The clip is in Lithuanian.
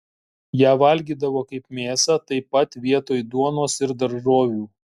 ją valgydavo kaip mėsą taip pat vietoj duonos ir daržovių